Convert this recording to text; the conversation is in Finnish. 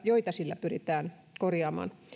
joita sillä pyritään korjaamaan